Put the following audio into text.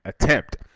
attempt